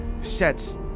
sets